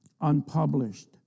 unpublished